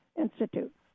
institute